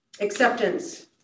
Acceptance